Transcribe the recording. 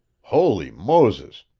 holy moses!